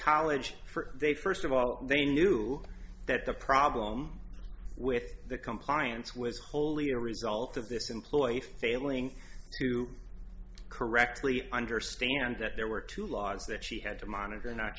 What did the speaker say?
college for they first of all they knew that the problem with the compliance was wholly a result of this employee failing to correctly understand that there were two laws that she had to monitor not